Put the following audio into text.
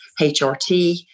hrt